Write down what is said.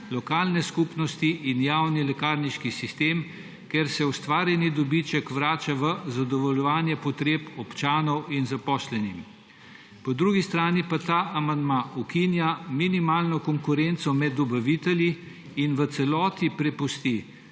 lokalne skupnosti in javni lekarniški sistem, ker se ustvarjeni dobiček vrača v zadovoljevanje potreb občanov in zaposlenih. Po drugi strani pa ta amandma ukinja minimalno konkurenco med dobavitelji in v celoti prepusti